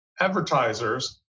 advertisers